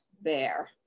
bear